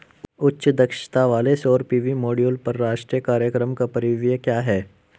उच्च दक्षता वाले सौर पी.वी मॉड्यूल पर राष्ट्रीय कार्यक्रम का परिव्यय क्या है?